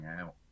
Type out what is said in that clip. out